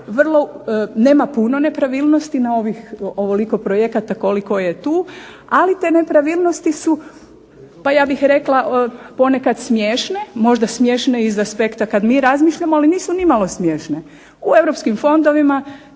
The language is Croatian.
nema puno nepravilnosti na ovoliko projekata koliko je tu, ali te nepravilnosti su ja bih rekla ponekad smiješne, možda smiješne iz aspekta kad mi razmišljamo, ali nisu nimalo smiješne. U europskim fondovima